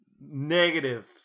Negative